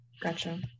gotcha